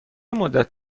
مدّت